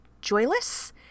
joyless